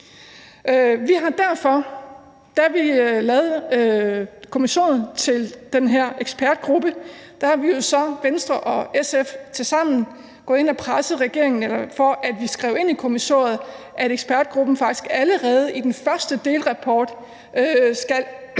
da vi lavede kommissoriet til den her ekspertgruppe, ind og pressede regeringen til, at det blev skrevet ind i kommissoriet, at ekspertgruppen faktisk allerede i den første delrapport skulle